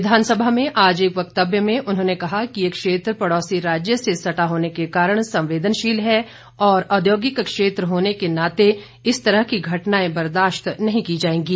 विधानसभा में आज एक वक्तव्य में उन्होंने कहा कि यह क्षेत्र पड़ोसी राज्य से सटा होने के कारण संवेदनशील है और औद्योगिक क्षेत्र होने के नाते इस तरह की घटनाएं बर्दाश्त नहीं की जाएंगी